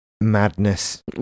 madness